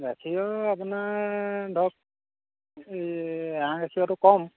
গাখীৰৰ আপোনাৰ ধৰক এই এৱা গাখীৰটো কম